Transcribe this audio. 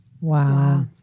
Wow